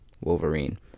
wolverine